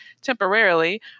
temporarily